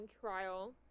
trial